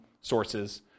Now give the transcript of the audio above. sources